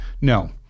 No